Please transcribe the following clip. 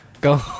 Go